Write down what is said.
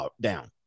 down